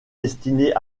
destinés